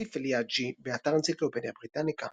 נאסיף אל-יאזג'י, באתר אנציקלופדיה בריטניקה